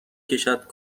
کشد